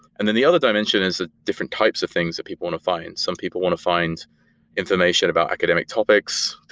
and then the other dimension is the different types of things that people want to find. some people want to find information about academic topics,